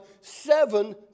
seven